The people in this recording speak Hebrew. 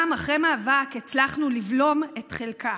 גם, אחרי מאבק, הצלחנו לבלום את חלקה.